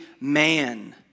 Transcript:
man